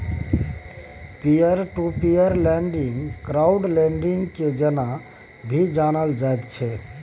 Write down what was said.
peer to peer lending crowd lending के जेना भी जानल जाइत छै